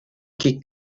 ket